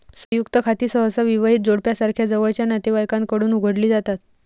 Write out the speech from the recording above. संयुक्त खाती सहसा विवाहित जोडप्यासारख्या जवळच्या नातेवाईकांकडून उघडली जातात